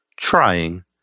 trying